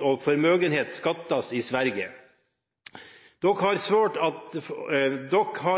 og förmögenhet skattas i Sverige. Dock har